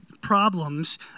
problems